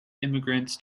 immigrants